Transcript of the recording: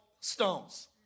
stones